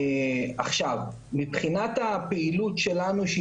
מבחינת הפעילות שלנו,